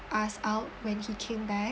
us out when he came back